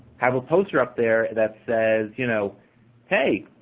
have a poster up there that says, you know hey,